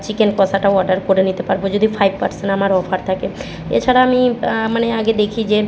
chicken কষাটাও order করে নিতে পারব যদি ফাইভ পার্সেন্ট আমার অফার থাকে এছাড়া আমি মানে আগে দেখি যে